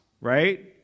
right